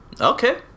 Okay